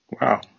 Wow